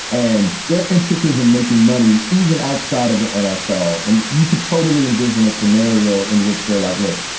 and their interest is in making money even outside of the nfl. and you could totally envision a scenario in which they're like, look,